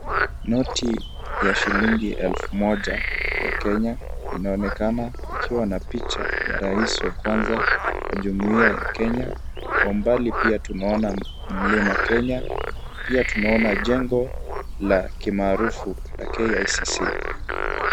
Noti ya shilingi elfu moja ya Kenya inaonekana ikiwa na picha ya rais wa kwanza wa jumuhia ya Kenya, kwa umbali pia tunaona Mlima Kenya, pia tunaona jengo la kimaarufu la KICC.